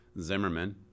zimmerman